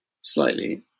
slightly